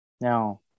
No